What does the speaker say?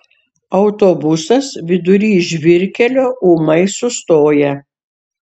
autobusas vidury žvyrkelio ūmai sustoja